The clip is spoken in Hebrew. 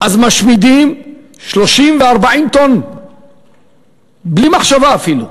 משמידים 30 ו-40 טונות בלי מחשבה אפילו.